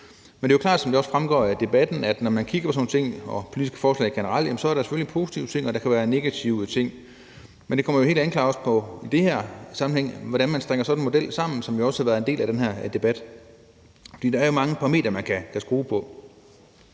Men det er jo klart, som det også fremgår af debatten, at når man kigger på sådan nogle ting og politiske forslag generelt, er der selvfølgelig positive ting, og der kan være negative ting. Men det kommer i de her sammenhænge helt klart også an på, hvordan man strikker sådan en model sammen, hvilket også har været en del af den her debat. For der er jo mange parametre, man kan skrue på.